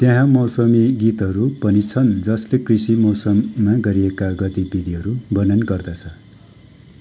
त्यहाँ मौसमी गीतहरू पनि छन् जसले कृषि मौसममा गरिएका गतिविधिहरू वर्णन गर्दछ